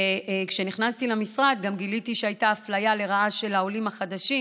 שכשנכנסתי למשרד גם גיליתי שהייתה אפליה לרעה של העולים החדשים,